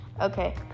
Okay